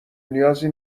نیازی